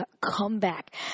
comeback